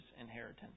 inheritance